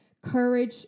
courage